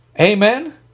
Amen